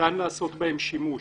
ניתן לעשות בהן שימוש,